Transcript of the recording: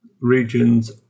regions